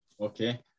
okay